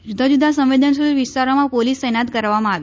જુદા જુદા સંવેદનશીલ વિસ્તારોમાં પોલીસ તૈનાત કરવામાં આવી